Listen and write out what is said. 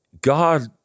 God